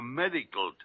medical